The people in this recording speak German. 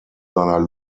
seiner